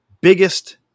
biggest